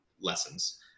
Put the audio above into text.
lessons